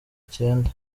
cyenda